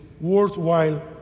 worthwhile